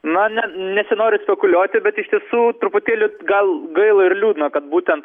na ne nesinori spekuliuoti bet iš tiesų truputėlį gal gaila ir liūdna kad būtent